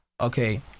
okay